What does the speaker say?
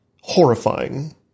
horrifying